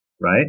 right